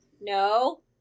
No